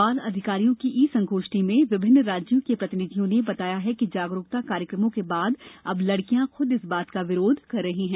बाल अधिकारियों की ई संगोष्ठी में विभिन्न राज्यों के प्रतिनिधियों ने बताया कि जागरुकता कार्यक्रमों के बाद अब लड़कियां ख्रद इस बात का विरोध कर रही हैं